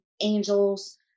angels